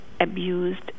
abused